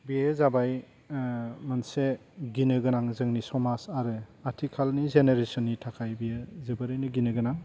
बेयो जाबाय मोनसे गिनो गोनां जोंनि समाज आरो आथिखालनि जेनेरेसननि थाखाय बेयो जोबोरैनो गिनो गोनां